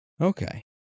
Okay